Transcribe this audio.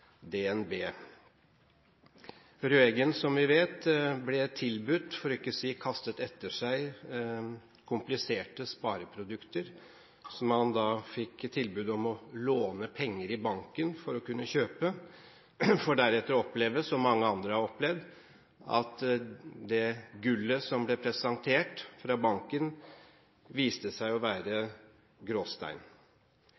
DNB. Røeggen ble, som vi vet, tilbudt – for ikke å si: fikk kastet etter seg – kompliserte spareprodukter som han fikk tilbud i banken om å låne penger til for å kunne kjøpe. Deretter viste det seg, som mange andre også har opplevd, at det gullet som ble presentert fra banken,